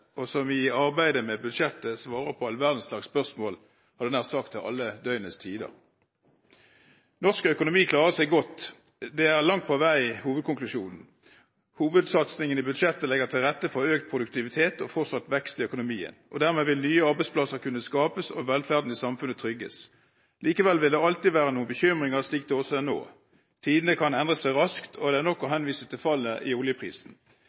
og som i arbeidet med budsjettet svarer på alle slags spørsmål til nær sagt alle døgnets tider. Norsk økonomi klarer seg godt. Det er langt på vei hovedkonklusjonen. Hovedsatsingen i budsjettet legger til rette for økt produktivitet og fortsatt vekst i økonomien. Dermed vil nye arbeidsplasser kunne skapes og velferden i samfunnet trygges. Likevel vil det alltid være noen bekymringer, slik det også er nå. Tidene kan endre seg raskt, og det er nok å henvise til fallet i oljeprisen.